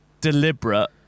deliberate